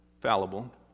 fallible